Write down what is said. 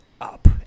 up